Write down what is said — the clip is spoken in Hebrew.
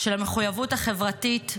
של המחויבות החברתית,